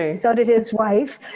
ah so did his wife.